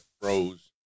froze